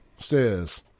says